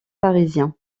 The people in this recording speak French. parisien